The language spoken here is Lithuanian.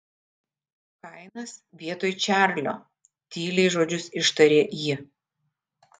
kainas vietoj čarlio tyliai žodžius ištarė ji